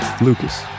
Lucas